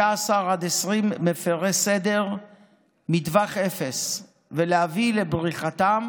20 מפירי סדר מטווח אפס ולהביא לבריחתם